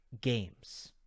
games